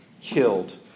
killed